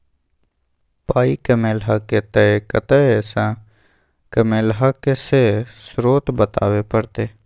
पाइ कमेलहक तए कतय सँ कमेलहक से स्रोत बताबै परतह